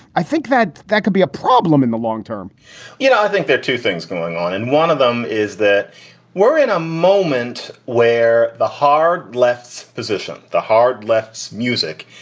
i think that that could be a problem in the long term you know, i think there are two things going on. and one of them is that we're in a moment where the hard left's position, the hard left music,